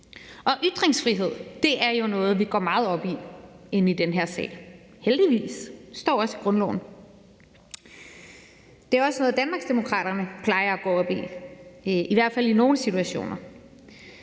Og ytringsfrihed er jo noget, vi går meget op i i den her sal, heldigvis; det står også i grundloven. Det er også noget, Danmarksdemokraterne plejer at gå op i, i hvert fald i nogle situationer.